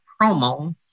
promo